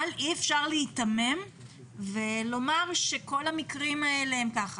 אבל אי אפשר להיתמם ולומר שכל המקרים האלה הם כאלה.